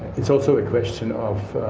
it's also a question of